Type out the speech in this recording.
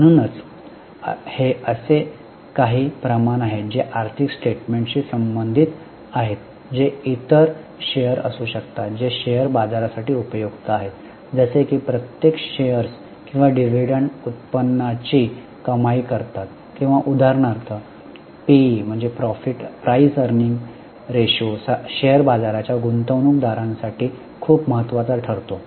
म्हणूनच हे असे काही प्रमाण आहेत जे आर्थिक स्टेटमेन्टशी संबंधित आहेत जे इतर शेअर असू शकतात जे शेअर बाजारा साठी उपयुक्त आहेत जसे की प्रत्येक शेअर्स किंवा डिव्हिडंड उत्पन्नाची कमाई करतात किंवा उदाहरणार्थ पीई रेशो शेअर बाजाराच्या गुंतवणूकदारांसाठी खूप महत्वाचा ठरतो